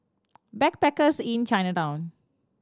Backpackers Inn Chinatown